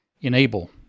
enable